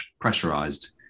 pressurized